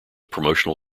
promotional